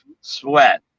sweat